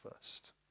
first